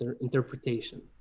interpretation